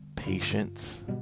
patience